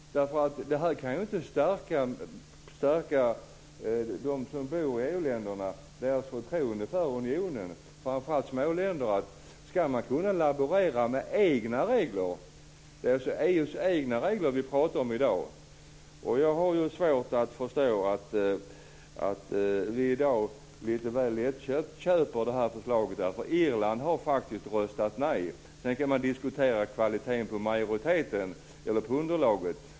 De som bor i EU-länderna, framför allt i småländerna, får knappast sitt förtroende för unionen stärkt av detta. Ska man kunna laborera med egna regler? Det är alltså EU:s egna regler vi pratar om i dag. Jag har svårt att förstå att vi i dag, lite väl lättköpt, köper det här förslaget. Irland har faktiskt röstat nej. Sedan kan vi diskutera kvaliteten på majoriteten eller på underlaget.